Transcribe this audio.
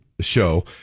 show